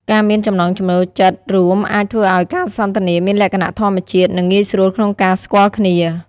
ការមានចំណង់ចំណូលចិត្តរួមអាចធ្វើឱ្យការសន្ទនាមានលក្ខណៈធម្មជាតិ និងងាយស្រួលក្នុងការស្គាល់គ្នា។